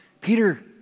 Peter